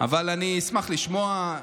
אבל אני אשמח לשמוע,